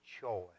choice